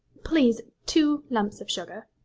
please, two lumps of sugar.